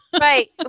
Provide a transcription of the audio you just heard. Right